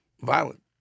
violent